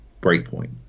Breakpoint